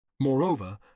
Moreover